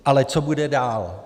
Ale co bude dál?